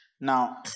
Now